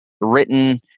written